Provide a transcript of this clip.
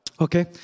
Okay